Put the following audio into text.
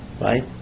right